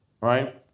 Right